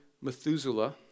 Methuselah